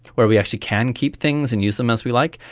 where we actually can keep things and use them as we like,